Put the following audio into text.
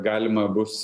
galima bus